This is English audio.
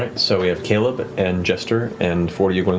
right. so we have caleb but and jester and fjord, are you going